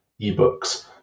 eBooks